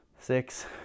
six